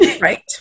right